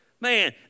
Man